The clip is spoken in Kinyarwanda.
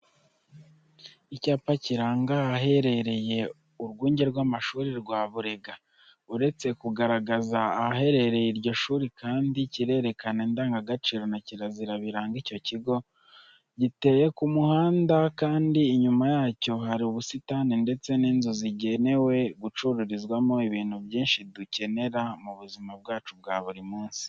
Icyapa kiranga ahaherereye urwunge rw'amashuri rwa Burega, uretse kugaragaza ahaherereye iryo shuri kandi kirerekana indangagaciro na kirazira biranga icyo kigo. Giteye ku muhanda kandi inyuma yacyo hari ubusitani ndetse n'inzu zagenewe gucururizwamo ibintu byinshi dukenera mu buzima bwacu bwa buri munsi